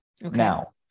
Now